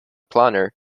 planner